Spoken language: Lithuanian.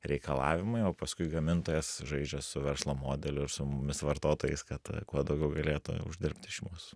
reikalavimai o paskui gamintojas žaidžia su verslo modeliu ir su mumis vartotojais kad kuo daugiau galėtų uždirbt iš mūsų